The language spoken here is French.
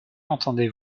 entendez